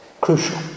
Crucial